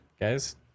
guys